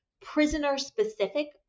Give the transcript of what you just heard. prisoner-specific